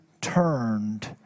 turned